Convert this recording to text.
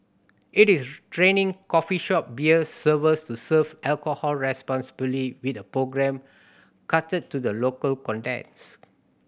it is training coffee shop beer servers to serve alcohol responsibly with a programme catered to the local context